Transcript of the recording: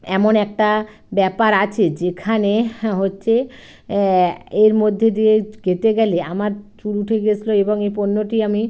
এমন একটা ব্যাপার আছে যেখানে হচ্ছে এর মধ্যে দিয়ে যেতে গেলে আমার চুল উঠে গেছিলো এবং এই পণ্যটি আমি